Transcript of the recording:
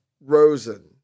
Rosen